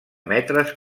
metres